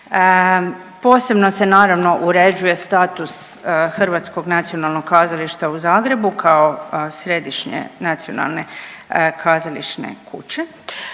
Posebno se naravno uređuje status Hrvatskog nacionalnog kazališta u Zagrebu kao središnje nacionalne kazališne kuće.